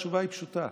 התשובה היא פשוטה: